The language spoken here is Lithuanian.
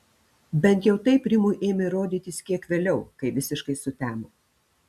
bent jau taip rimui ėmė rodytis kiek vėliau kai visiškai sutemo